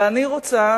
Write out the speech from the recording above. ואני רוצה